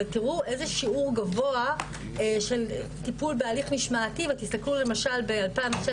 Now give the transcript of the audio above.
אבל תראו איזה שיעור גבוה של טיפול בהליך משמעתי ותסתכלו למשל ב-2016